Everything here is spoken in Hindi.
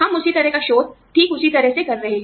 हम उसी तरह का शोध ठीक उसी तरह से कर रहे हैं